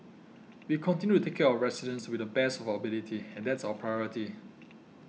we continue to take care of our residents to the best of our ability and that's our priority